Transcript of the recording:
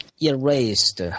erased